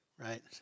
right